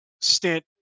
stint